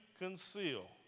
conceal